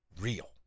real